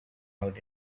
out